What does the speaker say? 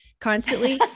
constantly